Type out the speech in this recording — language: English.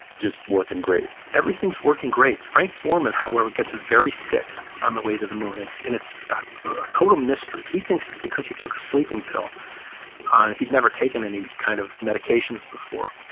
just working great? everything's working great. frank borman, however, gets very sick on the way to the moon and it's ah a total mystery. he thinks it's because he took a sleeping pill, and he'd never taken any kind of medications before.